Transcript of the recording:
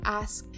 ask